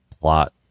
plot